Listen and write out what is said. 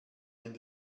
den